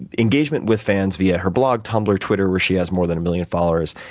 engagement with fans via her blog, tumblr, twitter, where she has more than a million followers.